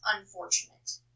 unfortunate